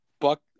Buck